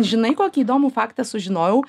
žinai kokį įdomų faktą sužinojau